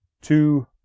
two